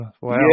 Wow